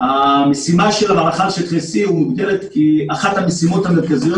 המשימה של המערכה על שטחי C מוגדרת כאחת המשימות המרכזיות